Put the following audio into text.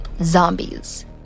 zombies